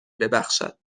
ببخشد